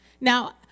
Now